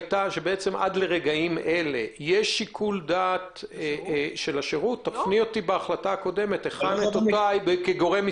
יפעיל את שיקול דעתו בנוהל כדלקמן,